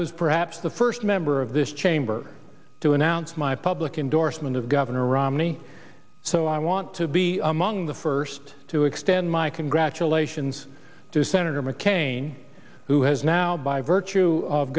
was perhaps the first member of this chamber to announce my public indorsement of governor romney so i want to be among the first to extend my congratulations to senator mccain who has now by virtue of